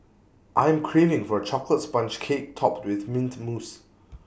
I am craving for A Chocolate Sponge Cake Topped with Mint Mousse